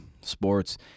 sports